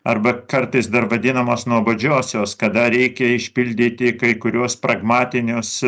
arba kartais dar vadinamos nuobodžiosios kada reikia išpildyti kai kuriuos pragmatinius